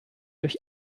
durch